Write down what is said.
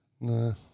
No